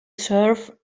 serve